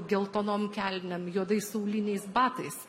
geltonom kelnėm juodais auliniais batais